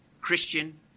Christian